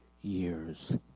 years